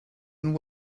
and